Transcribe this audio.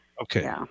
Okay